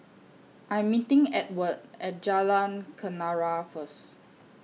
I'm meeting Edward At Jalan Kenarah First